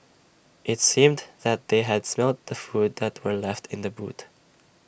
IT seemed that they had smelt the food that were left in the boot